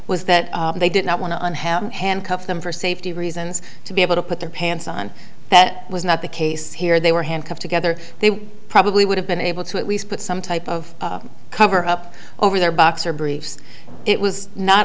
was that they did not want to unhappy handcuff them for safety reasons to be able to put their pants on that was not the case here they were handcuffed together they probably would have been able to at least put some type of cover up over their boxer briefs it was not